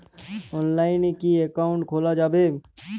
অনলাইনে কি অ্যাকাউন্ট খোলা যাবে?